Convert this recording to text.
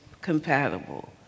compatible